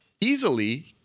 easily